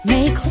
Make